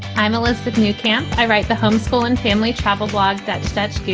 i'm elizabeth new. can't i write the homeschool and family travel blog? that's that's.